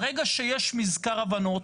ברגע שיש מזכר הבנות,